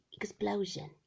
explosion